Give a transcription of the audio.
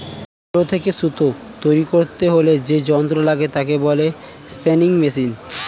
তুলো থেকে সুতো তৈরী করতে হলে যে যন্ত্র লাগে তাকে বলে স্পিনিং মেশিন